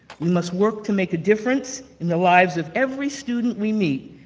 we must work to make a difference in the lives of every student we meet,